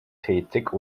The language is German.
tätig